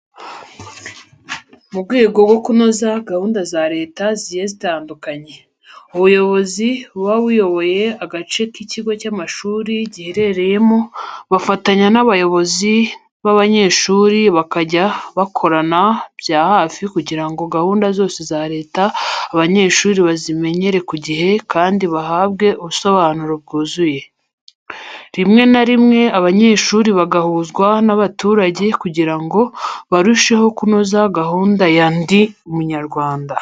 Mu rwego rwo kunoza gahunda za Leta zigiye zitandukanye, ubuyobozi buba buyoboye agace ikigo cy'amashuri giherereyemo bafatanya n'abayobozi b'abanyeshuri bakajya bakorana bya hafi kugira ngo gahunda zose za Leta abanyeshuri bazimenyere ku gihe kandi bahabwe ubusobanuro bwuzuye. Rimwe na rimwe abanyeshuri bagahuzwa n'abaturage kugira ngo barusheho kunoza gahunda ya Ndi Umunyarwanda.